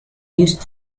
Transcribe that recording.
used